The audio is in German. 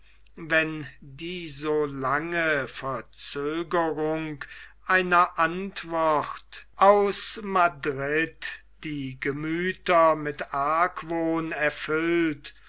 wenn die so lange verzögerung einer antwort aus madrid die gemüther mit argwohn erfüllt